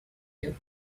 you